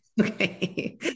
Okay